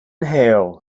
hale